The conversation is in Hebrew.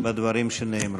בדברים שנאמרו.